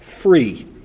free